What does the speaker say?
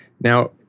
Now